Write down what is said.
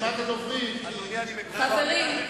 חברים,